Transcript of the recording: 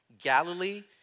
Galilee